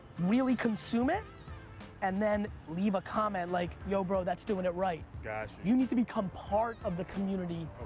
really consume it and then leave a comment like yo, bro, that's doing it right. got you. you need to become part of the community.